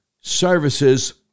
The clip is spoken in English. services